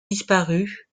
disparu